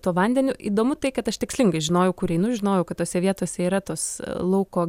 tuo vandeniu įdomu tai kad aš tikslingai žinojau kur einu žinojau kad tose vietose yra tos lauko